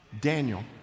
Daniel